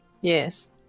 Yes